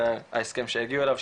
וההסכם שהגיעו אליו,